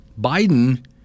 Biden